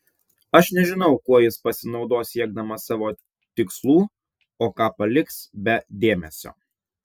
aš nežinau kuo jis pasinaudos siekdamas savo tikslų o ką paliks be dėmesio